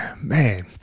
man